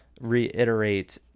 reiterate